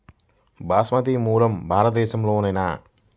బాస్మతి మూలం భారతదేశంలోనా?